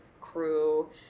crew